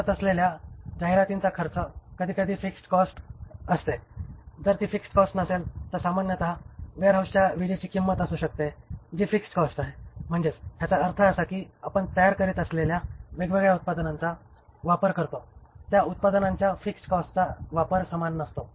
आपण करत असलेलल्या जाहिरातिचा खर्च कधीकधी फिक्स्ड कॉस्ट असते जर ती फिक्स्ड कॉस्ट नसेल तर सामान्यत वेअरहाऊसच्या विजेची किंमत असू शकते जी फिक्स्ड कॉस्ट आहे म्हणजेच याचा अर्थ असा आहे की आपण तयार करीत असलेल्या वेगवेगळ्या उत्पादनांचा वापर करतो त्या उत्पादनांच्या फिक्स्ड कॉस्टचा वापर समान नसतो